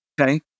Okay